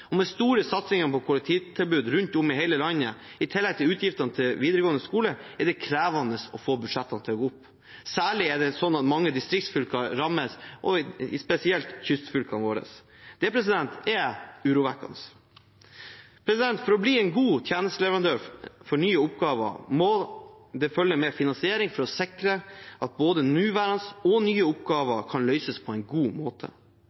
og med store satsinger på kollektivtilbud rundt om i hele landet, i tillegg til utgifter til videregående skole, er det krevende å få budsjettene til å gå opp. Særlig rammes mange distriktsfylker, spesielt kystfylkene våre, og det er urovekkende. For å bli en god tjenesteleverandør av nye oppgaver må det følge med finansiering for å sikre at både nåværende og nye oppgaver kan løses på en god måte.